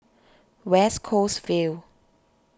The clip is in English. West Coast Vale